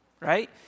right